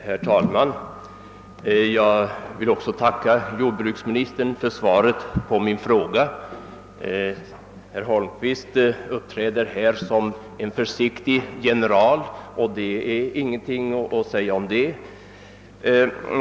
Herr talman! Jag vill också tacka Jordbruksministern för svaret på min fråga. Herr Holmqvist uppträder här som en försiktig general, och det är ingenting att säga om det.